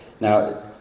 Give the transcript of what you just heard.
now